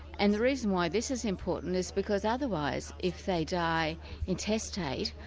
and the reason why this is important is because otherwise, if they die intestate,